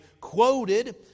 quoted